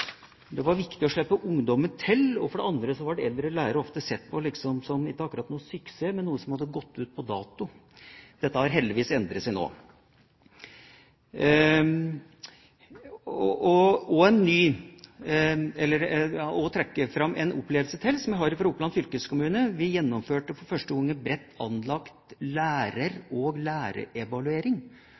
Det var viktig å slippe ungdommen til, og for det andre ble eldre lærere ofte sett på ikke akkurat som noen suksess, men som noe som hadde gått ut på dato. Dette har heldigvis endret seg nå. Jeg vil trekke fram en opplevelse til, som jeg har fra Oppland fylkeskommune. Vi gjennomførte for første gang en bredt anlagt lærer- og